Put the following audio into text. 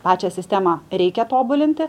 pačią sistemą reikia tobulinti